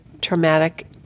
traumatic